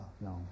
No